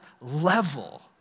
level